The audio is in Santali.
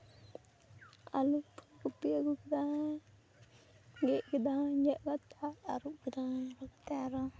ᱟᱹᱞᱩ ᱯᱷᱩᱞᱠᱩᱯᱤ ᱟᱹᱜᱩ ᱠᱮᱫᱟᱭ ᱜᱮᱫ ᱠᱤᱫᱟᱹᱧ ᱜᱮᱜ ᱠᱟᱛᱮ ᱟᱨᱩᱯ ᱠᱤᱫᱟᱹᱧ ᱟᱨᱩᱯ ᱠᱟᱛᱮ ᱟᱨᱚ